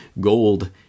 gold